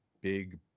big